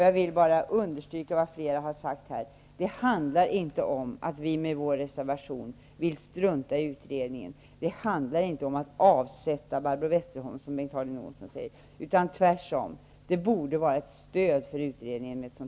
Jag vill understryka, med det som jag här har sagt, att det inte handlar om att vi med vår reservation vill strunta i utredningen och att vi vill avsätta Barbro Westerholm, som Bengt Harding Olson säger, utan tvärsom. Ett sådant här uttalande borde vara ett stöd för utredningen.